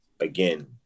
Again